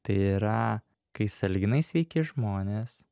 tai yra kai sąlyginai sveiki žmonės